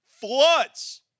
floods